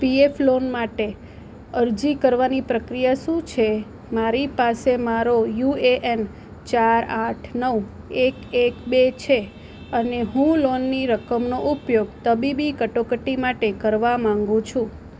PF loan માટે અરજી કરવાની પ્રક્રિયા શું છે મારી પાસે મારો યુ એ એન ચાર આઠ નવ એક એક બે છે અને હું લોનની રકમનો ઉપયોગ તબીબી કટોકટી માટે કરવા માગું છું